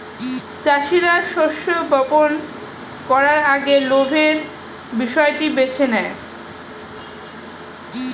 চাষীরা শস্য বপন করার আগে লাভের বিষয়টি বেছে নেয়